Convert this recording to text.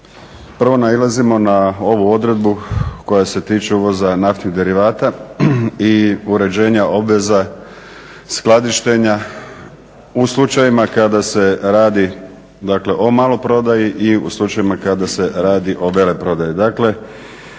prvo nailazimo na ovu odredu koja se tiče uvoza naftnih derivata i uređenja obveza skladištenja u slučajevima kada se radi, dakle o maloprodaji i u slučajevima kada se o veleprodaji.